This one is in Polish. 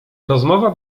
rozmowa